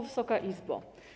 Wysoka Izbo!